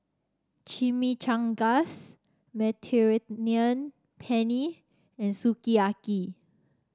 Chimichangas Mediterranean Penne and Sukiyaki